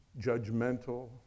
judgmental